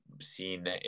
seen